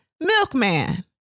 Milkman